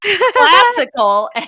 Classical